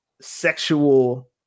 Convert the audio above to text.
sexual